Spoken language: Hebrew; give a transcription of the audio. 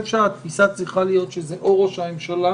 התפיסה צריכה להיות שזה או ראש הממשלה